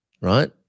right